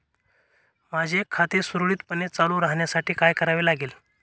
माझे खाते सुरळीतपणे चालू राहण्यासाठी काय करावे लागेल?